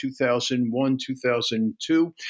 2001-2002